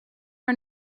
our